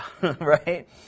right